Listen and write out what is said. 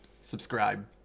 subscribe